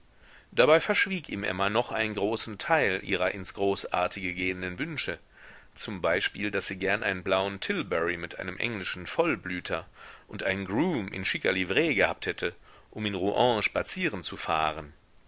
dabei verschwieg ihm emma noch einen großen teil ihrer ins großartige gehenden wünsche zum beispiel daß sie gern einen blauen tilbury mit einem englischen vollblüter und einem groom in schicker livree gehabt hätte um in rouen spazieren zu fahren